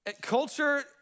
Culture